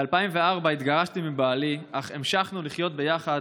ב-2004 התגרשתי מבעלי אך המשכנו לחיות יחד